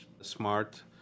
smart